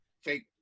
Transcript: fake